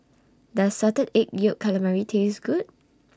Does Salted Egg Yolk Calamari Taste Good